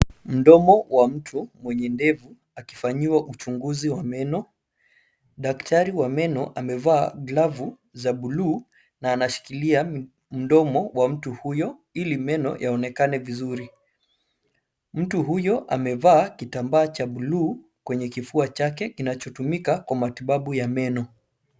Mdomo wa mtu mwenye ndevu ,akifanyiwa uchunguzi wa meno .Daktari wa meno amevaa glovu ,za buluu na anashikilia mdomo wa mtu huyo ili meno yaonekane vizuri. Mtu huyo amevaa kitambaa cha blue kwenye kifua chake kinachotumika kwa matibabu ya meno.